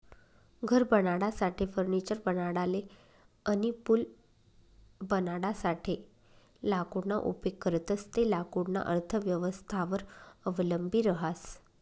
घर बनाडासाठे, फर्निचर बनाडाले अनी पूल बनाडासाठे लाकूडना उपेग करतंस ते लाकूडना अर्थव्यवस्थावर अवलंबी रहास